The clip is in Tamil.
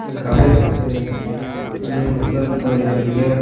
கபேறு மலை அது முருகன் கோவிலு இருக்குது